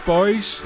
Boys